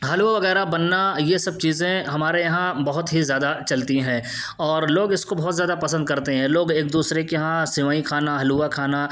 حلوہ وغیرہ بننا یہ سب چیزیں ہمارے یہاں بہت ہی زیادہ چلتی ہیں اور لوگ اس کو بہت زیادہ پسند کرتے ہیں لوگ ایک دوسرے کے یہاں سوئیں کھانا حلوہ کھانا